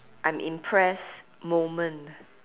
I'm impressed moment